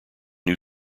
new